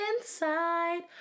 inside